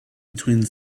between